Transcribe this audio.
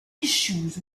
issues